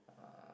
uh